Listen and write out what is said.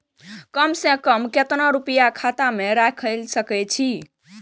कम से कम केतना रूपया खाता में राइख सके छी?